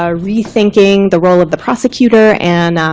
ah rethinking the role of the prosecutor and